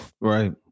Right